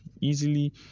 easily